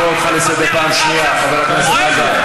אני קורא אותך לסדר פעם שנייה, חבר הכנסת חזן.